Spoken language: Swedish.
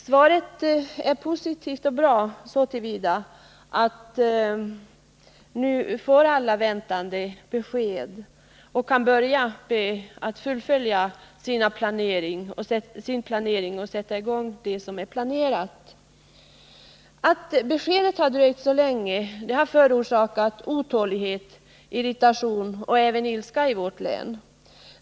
Svaret är positivt och bra så till vida, att alla de som väntat på ett besked nu kan få ett sådant och således kan sätta i gång med det som redan är planerat. Det förhållandet att beskedet har dröjt så länge har förorsakat otålighet, irritation och ilska bland berörda människor i vårt län.